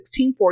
1640